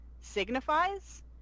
signifies